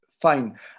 fine